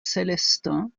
célestins